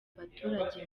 abaturage